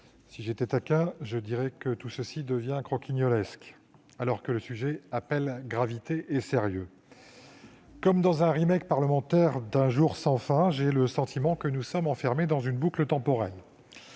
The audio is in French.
si j'étais taquin, je dirais que tout cela devient croquignolesque, alors que le sujet appelle gravité et sérieux. Comme dans un parlementaire d'j'ai le sentiment que nous sommes enfermés dans une boucle temporelle.